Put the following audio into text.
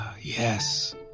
Yes